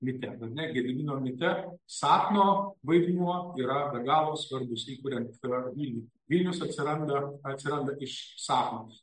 mite net gedimino mite sapno vaidmuo yra be galo svarbus įkuriant tą pilį vilnius atsiranda atsiranda iš sapno